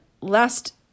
Last